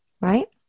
right